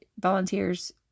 volunteers